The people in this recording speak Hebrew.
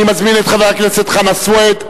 אני מזמין את חבר הכנסת חנא סוייד.